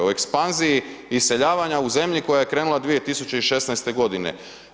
O ekspanziji iseljavanja u zemlji koja je krenula 2016. godine.